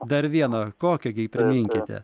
dar vieno kokio gi priminkite